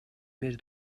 més